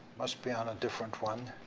must be on a different one.